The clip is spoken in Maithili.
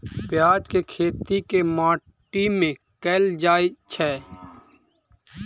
प्याज केँ खेती केँ माटि मे कैल जाएँ छैय?